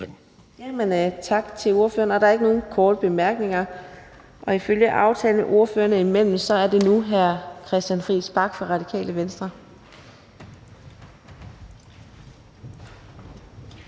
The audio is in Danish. Tak til ordføreren. Der er ikke nogen korte bemærkninger, og ifølge aftale ordførerne imellem er det nu hr. Christian Friis Bach fra Radikale Venstre.